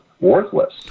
worthless